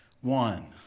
one